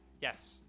Yes